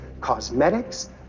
cosmetics